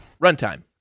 Runtime